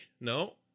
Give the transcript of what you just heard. No